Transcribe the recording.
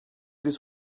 his